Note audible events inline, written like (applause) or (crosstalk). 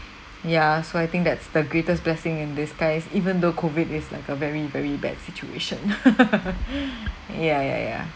ya so I think that's the greatest blessing in disguise even though COVID is like a very very bad situation (laughs) (breath) ya ya ya